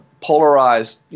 polarized